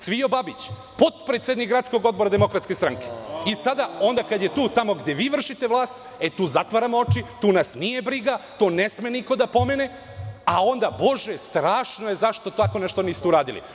Cvijo Babić, potpredsednik Gradskog odbora DS i sada kada je tu gde vi vršite vlast, tu zatvaramo oči, tu nas nije briga, to ne sme niko da pomene, a onda, strašno je, zašto tako nešto niste uradili.